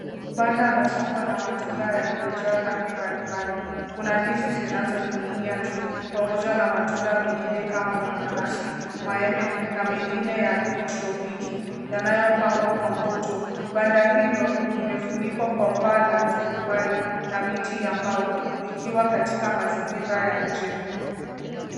Banda la soko la matunda yaliyojaa rangi mbalimbali. Kuna ndizi zinazoning'inia juu pamoja na matunda mengine kama mananasi, maembe na mengine ya kitropiki yanayopangwa kwa mvuto. Banda hilo limefunikwa kwa paa la turubai na miti ya mbao likiwa katika mazingira ya nje.